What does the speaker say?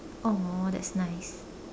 !aww! that's nice